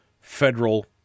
federal